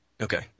Okay